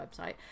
website